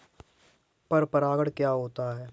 पर परागण क्या होता है?